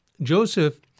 Joseph